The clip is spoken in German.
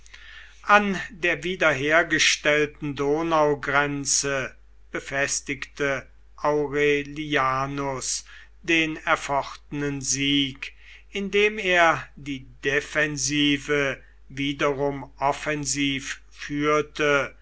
an der wiederhergestellten donaugrenze befestigte aurelianus den erfochtenen sieg indem er die defensive wiederum offensiv führte